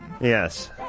Yes